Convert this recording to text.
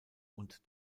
und